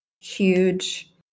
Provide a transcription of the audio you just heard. huge